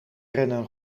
rennen